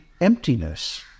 emptiness